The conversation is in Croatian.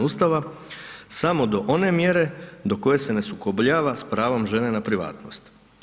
Ustava samo do one mjere do koje se ne sukobljava sa pravom žene na privatnost.